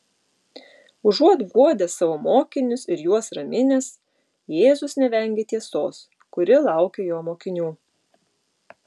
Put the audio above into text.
užuot guodęs savo mokinius ir juos raminęs jėzus nevengia tiesos kuri laukia jo mokinių